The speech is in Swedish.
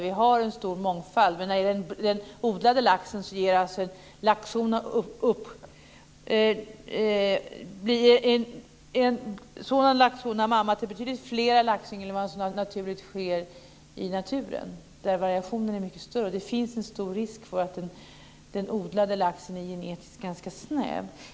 Vi har en stor mångfald, men en odlad laxhona blir mamma till betydligt fler laxyngel än vad som sker naturligt i naturen där variationen är mycket större. Det finns en stor risk i och med att den odlade laxen genetiskt är ganska snäv.